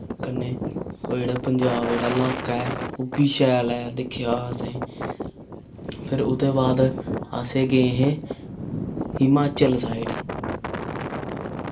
कन्नै ओ जेह्ड़ा पंजाब जेह्ड़ा लाक्का ऐ ओह् बी शैल ऐ दिक्खेआ हा असें फिर उ'दे बाद असें गे हे हिमाचल साइड